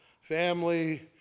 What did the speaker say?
Family